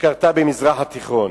שקרתה במזרח התיכון.